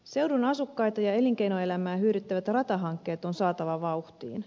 seudun asukkaita ja elinkeinoelämää hyödyttävät ratahankkeet on saatava vauhtiin